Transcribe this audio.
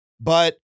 But-